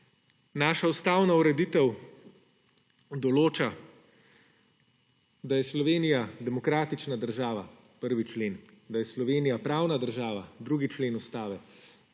Naša ustavna ureditev določa: da je Slovenija demokratična država – 1. člen Ustave; da je Slovenija pravna država – 2. člen Ustave;